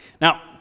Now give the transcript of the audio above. Now